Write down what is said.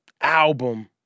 album